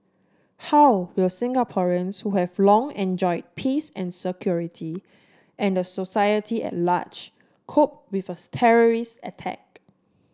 how will Singaporeans who have long enjoy peace and security and the society at large cope with a terrorist attack